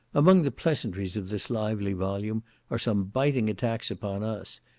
among the pleasantries of this lively volume are some biting attacks upon us,